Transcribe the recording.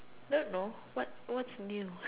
don't know what what's new